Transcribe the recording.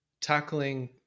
tackling